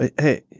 Hey